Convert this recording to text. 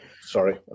sorry